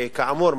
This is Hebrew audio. כאמור,